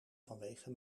vanwege